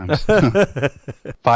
Five